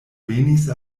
venis